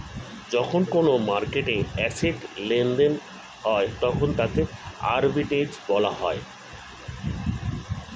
যখন কোনো মার্কেটে অ্যাসেট্ লেনদেন হয় তখন তাকে আর্বিট্রেজ বলা হয়